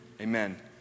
Amen